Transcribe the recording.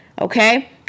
Okay